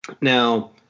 Now